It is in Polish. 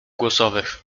głosowych